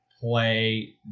play